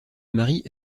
marie